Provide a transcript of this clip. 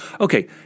Okay